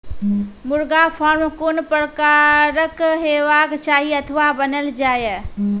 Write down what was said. मुर्गा फार्म कून प्रकारक हेवाक चाही अथवा बनेल जाये?